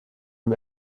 dem